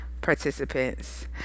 participants